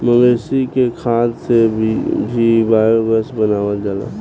मवेशी के खाद से भी बायोगैस बनावल जाला